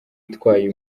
atwaye